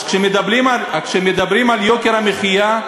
אז כשמדברים על יוקר המחיה,